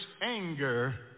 anger